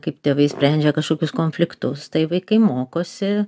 kaip tėvai sprendžia kažkokius konfliktus tai vaikai mokosi